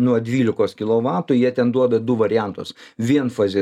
nuo dvylikos kilovatų jie ten duoda du variantus vienfazį